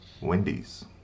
Wendy's